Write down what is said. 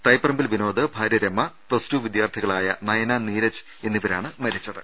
തൈപറമ്പിൽ വിനോദ് ഭാര്യ രമ പ്ലസ്ടു വിദ്യാർഥികളായ നയന നീരജ് എന്നിവരാണ് മരിച്ചത്